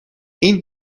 این